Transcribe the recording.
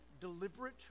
deliberate